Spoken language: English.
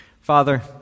Father